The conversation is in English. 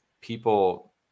people